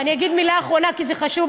אני אגיד מילה אחרונה כי זה חשוב,